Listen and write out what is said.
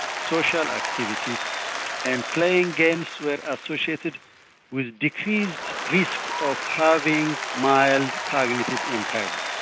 social activities and playing games were associated with decreased risk of having mild cognitive impairment.